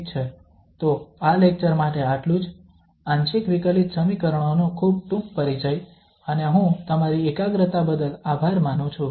ઠીક છે તો આ લેક્ચર માટે આટલું જ આંશિક વિકલિત સમીકરણો નો ખૂબ ટૂંક પરિચય અને હું તમારી એકાગ્રતા બદલ આભાર માનું છું